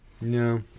No